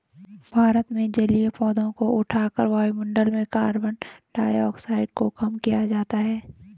भारत में जलीय पौधों को उठाकर वायुमंडल में कार्बन डाइऑक्साइड को कम किया जाता है